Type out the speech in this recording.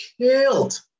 killed